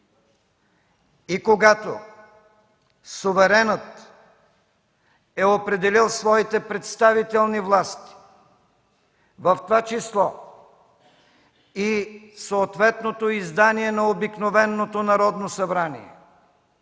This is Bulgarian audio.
и когато суверенът е определил своите представителни власти, в това число и съответното издание на обикновеното Народно събрание,